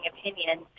opinion